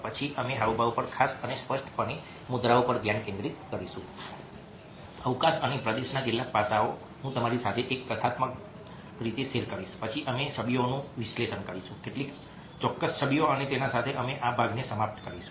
પછી અમે હાવભાવ પર ખાસ અને સ્પષ્ટપણે મુદ્રાઓ પર ધ્યાન કેન્દ્રિત કરીશું અવકાશ અને પ્રદેશના કેટલાક પાસાઓ હું તમારી સાથે એક કથાત્મક રીતે શેર કરીશ પછી અમે છબીઓનું વિશ્લેષણ કરીશું કેટલીક ચોક્કસ છબીઓ અને તેની સાથે અમે આ ભાગને સમાપ્ત કરીશું